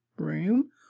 room